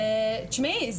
זה הזוי.